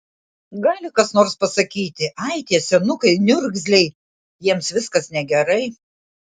gali kas nors pasakyti ai tie senukai niurzgliai jiems viskas negerai